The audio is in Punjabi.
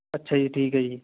ਅੱਛਾ ਜੀ ਠੀਕ ਹੈ ਜੀ